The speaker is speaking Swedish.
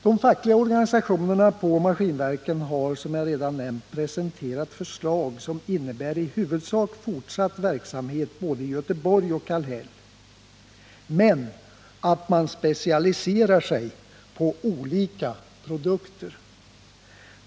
De fackliga organisationerna vid Maskinverken har, som jag redan nämnt, presenterat förslag som innebär i huvudsak fortsatt verksamhet både i Göteborg och i Kallhäll, men med specialisering på olika produkter.